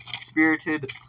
spirited